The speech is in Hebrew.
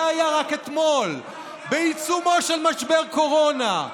זה היה רק אתמול, בעיצומו של משבר קורונה.